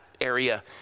area